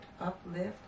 uplift